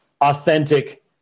authentic